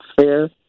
fair